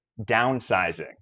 Downsizing